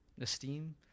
esteem